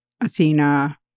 Athena